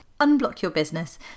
unblockyourbusiness